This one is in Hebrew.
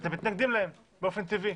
שאתם מתנגדים להן, באופן טבעי.